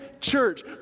church